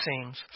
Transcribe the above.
seems